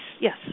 yes